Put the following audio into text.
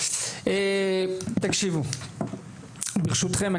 תקשיבו ברשותכם,